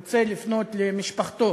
רוצה לפנות למשפחתו,